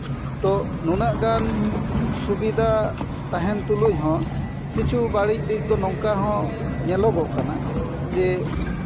ᱛᱚ ᱱᱩᱱᱟᱹᱜ ᱜᱟᱱ ᱥᱩᱵᱤᱫᱷᱟ ᱛᱟᱦᱮᱱ ᱛᱩᱞᱩᱡ ᱦᱚᱸ ᱠᱤᱪᱷᱩ ᱵᱟᱹᱲᱤᱡ ᱫᱤᱠ ᱫᱚ ᱱᱚᱝᱠᱟ ᱦᱚᱸ ᱧᱮᱞᱚᱜᱚᱜ ᱠᱟᱱᱟ ᱡᱮ